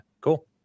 cool